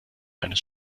eines